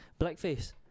Blackface